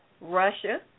Russia